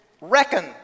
reckon